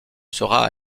sera